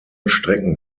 strecken